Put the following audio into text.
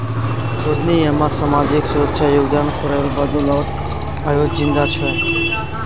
रजनी अम्मा सामाजिक सुरक्षा योगदान करेर बदौलत आइज जिंदा छ